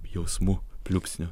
jausmu pliūpsniu